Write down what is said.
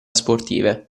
sportive